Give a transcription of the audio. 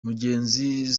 mugenzi